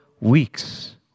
weeks